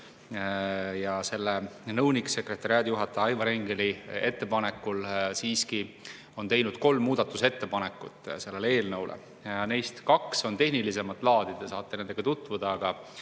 on nõunik-sekretariaadijuhataja Aivar Engeli ettepanekul siiski teinud kolm muudatusettepanekut selle eelnõu kohta. Neist kaks on tehnilisemat laadi, te saate nendega tutvuda, aga